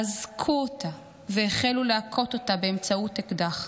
אזקו אותה והחלו להכות אותה באמצעות אקדח.